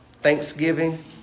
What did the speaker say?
Thanksgiving